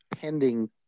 pending